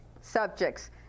subjects